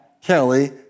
Kelly